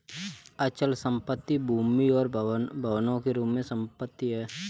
अचल संपत्ति भूमि और भवनों के रूप में संपत्ति है